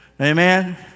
Amen